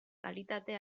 kalitate